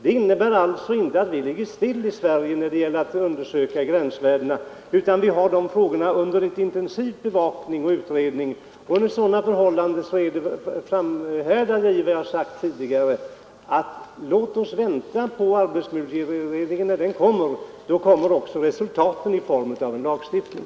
Det innebär alltså inte att vi ligger stilla i Sverige när det gäller att undersöka gränsvärdena, utan vi har dessa frågor under intensiv bevakning och utredning. Under sådana förhållanden framhärdar jag i vad jag har sagt tidigare: Låt oss vänta tills utredningen kommer! Då kommer också resultatet i form av en lagstiftning.